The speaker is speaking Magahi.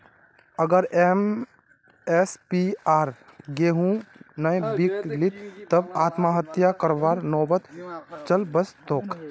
अगर एम.एस.पीर पर गेंहू नइ बीक लित तब आत्महत्या करवार नौबत चल वस तेक